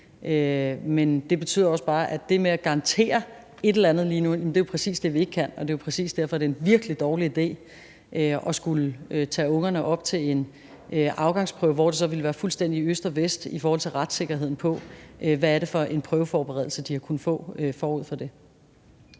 det betyder også bare, at det med at garantere et eller andet lige nu, jo præcis er det, vi ikke kan, og det er jo præcis derfor, at det er en virkelig dårlig idé at skulle tage ungerne op til en afgangsprøve, hvor det så ville være fuldstændig i øst og vest med hensyn til retssikkerheden, i forhold til hvad det er for en prøveforberedelse, de har kunnet få forud for det.